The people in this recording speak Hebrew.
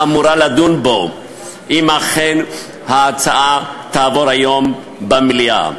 האמורה לדון בו אם אכן ההצעה תעבור היום במליאה,